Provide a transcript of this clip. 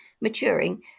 maturing